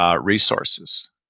Resources